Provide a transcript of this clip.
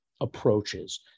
approaches